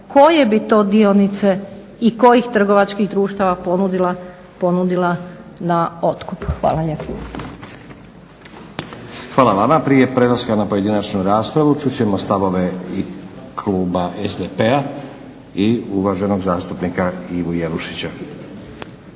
koje bi to dionice i kojih trgovačkih društava ponudila na otkup. Hvala lijepo. **Stazić, Nenad (SDP)** Hvala vama. Prije prelaska na pojedinačnu raspravu čut ćemo stavove i kluba SDP-a i uvaženog zastupnika Ivu Jelušića.